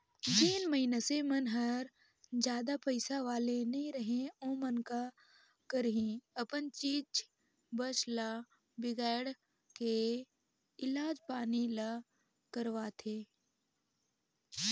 जेन मइनसे मन हर जादा पइसा वाले नइ रहें ओमन का करही अपन चीच बस ल बिगायड़ के इलाज पानी ल करवाथें